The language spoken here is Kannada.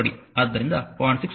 ಆದ್ದರಿಂದ 0